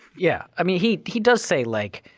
yeah i mean he he does say, like